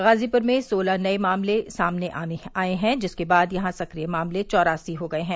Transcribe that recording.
गाजीपुर में सोलह नए मामले सामने आए हैं जिसके बाद यहां सक्रिय मामले चौरासी हो गए हैं